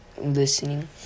listening